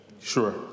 sure